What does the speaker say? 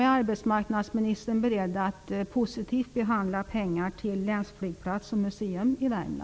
Är arbetsmarknadsministern beredd att positivt behandla frågan om pengar till länsflygplats och museum i Värmland?